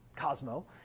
Cosmo